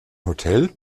hotel